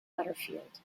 butterfield